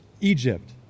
Egypt